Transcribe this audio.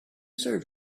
serve